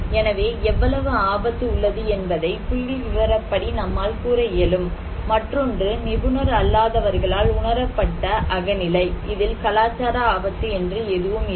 எனவே எவ்வளவு ஆபத்து உள்ளது என்பதை புள்ளிவிவரப்படி நம்மால் கூற இயலும் மற்றொன்று நிபுணர் அல்லாதவர்களால் உணரப்பட்ட அகநிலை இதில் கலாச்சார ஆபத்து என்று எதுவுமில்லை